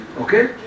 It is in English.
Okay